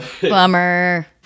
Bummer